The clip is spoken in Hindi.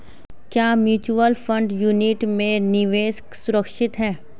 क्या म्यूचुअल फंड यूनिट में निवेश सुरक्षित है?